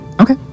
Okay